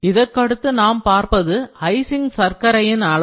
இதற்கடுத்து நாம் பார்ப்பது ஐசிங் சர்க்கரையின் அளவு